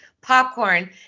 popcorn